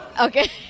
Okay